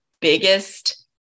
biggest